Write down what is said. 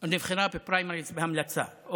היא נבחרה בפריימריז בהמלצה.